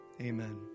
Amen